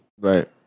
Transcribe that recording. Right